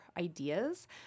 ideas